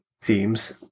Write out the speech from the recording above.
themes